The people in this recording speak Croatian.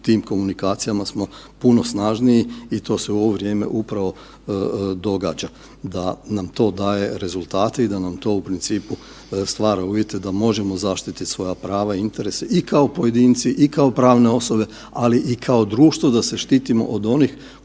tim komunikacijama puno snažniji i to se u ovo vrijeme upravo događa da nam to daje rezultate i da nam to u principu stvara uvijete da možemo zaštiti svoja prava i interese i kao pojedinci i kao pravne osobe, ali i kao društvo da se štitimo od onih